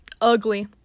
ugly